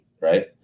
right